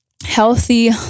Healthy